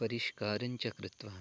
परिष्कारं च कृत्वा